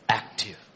active